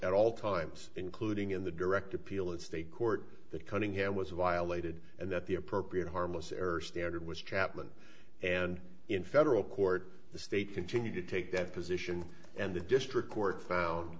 at all times including in the direct appeal in state court that cunningham was violated and that the appropriate harmless error standard was chaplain and in federal court the state continued to take that position and the district court found